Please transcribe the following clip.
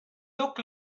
look